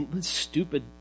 stupid